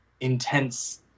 intense